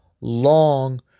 long